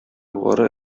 югары